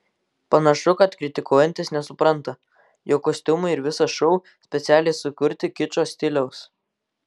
panašu kad kritikuojantys nesupranta jog kostiumai ir visas šou specialiai sukurti kičo stiliaus